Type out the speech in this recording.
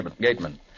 Gateman